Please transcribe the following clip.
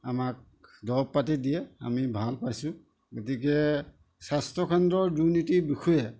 আমাক দৰৱ পাতি দিয়ে আমি ভাল পাইছোঁ গতিকে স্বাস্থ্যকেন্দ্ৰৰ দুৰ্নীতিৰ বিষয়ে